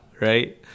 right